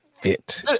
fit